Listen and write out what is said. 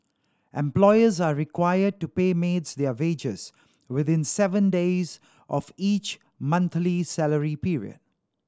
employers are required to pay maids their wages within seven days of each monthly salary period